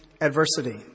adversity